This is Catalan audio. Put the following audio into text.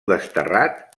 desterrat